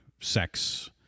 sex